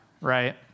right